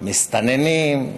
מסתננים,